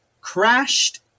crashed